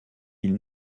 ils